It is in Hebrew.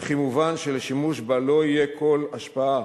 וכי מובן שלשימוש בה לא תהיה כל השפעה